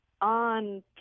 on